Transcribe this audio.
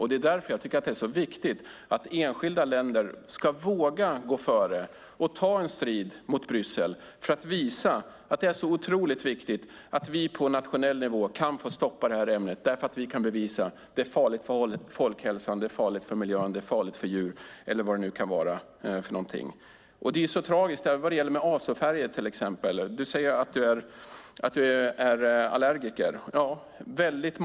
Det är därför jag tycker att det är så otroligt viktigt att enskilda länder ska våga gå före och ta en strid mot Bryssel för att visa att vi på nationell nivå kan stoppa ett visst ämne därför att vi kan bevisa att det är farligt för folkhälsan, för miljön, för djuren eller vad det nu kan vara för någonting. Det är tragiskt till exempel med azofärger. Du säger att du är allergiker, Nina Lundström.